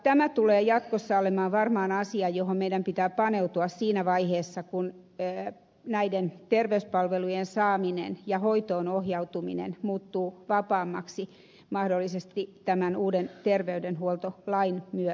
tämä tulee jatkossa olemaan varmaan asia johon meidän pitää paneutua siinä vaiheessa kun näiden terveyspalvelujen saaminen ja hoitoon ohjautuminen muuttuu vapaammaksi mahdollisesti tämän uuden terveydenhuoltolain myötä